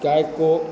गाय को